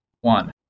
One